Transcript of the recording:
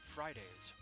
Fridays